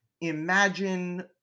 imagine